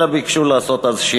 אלא שביקשו אז לעשות שינויים,